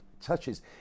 touches